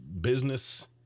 business